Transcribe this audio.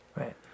Right